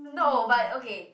no but okay